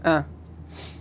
uh